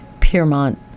Piermont